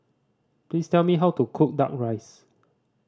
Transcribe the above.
please tell me how to cook Duck Rice